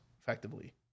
effectively